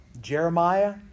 jeremiah